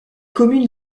communes